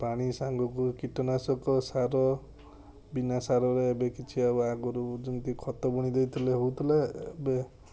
ପାଣି ସାଙ୍ଗକୁ କୀଟନାଶକ ସାର ବିନା ସାରରେ ଏବେ କିଛି ଆଉ ଆଗରୁ ଯେମିତି ଖତ ବୁଣି ଦେଉଥିଲେ ହୋଉଥିଲା ଏବେ